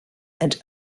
and